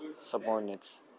subordinates